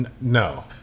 No